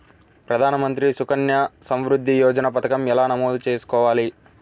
ప్రధాన మంత్రి సుకన్య సంవృద్ధి యోజన పథకం ఎలా నమోదు చేసుకోవాలీ?